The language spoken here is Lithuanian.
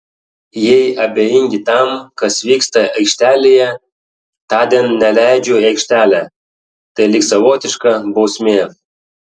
jei abejingi tam kas vyksta aikštelėje tądien neleidžiu į aikštelę tai lyg savotiška bausmė